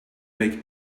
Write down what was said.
make